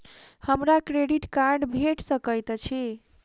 हमरा credit card भेट सकैत अछि?